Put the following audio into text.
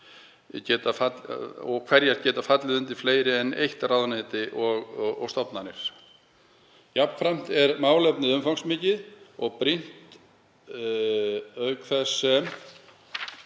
og hverjar geta fallið undir fleiri en eitt ráðuneyti og stofnanir. Jafnframt er málefnið umfangsmikið og brýnt auk þess sem